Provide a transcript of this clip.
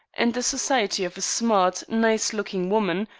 and the society of a smart, nice-looking woman,